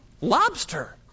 lobster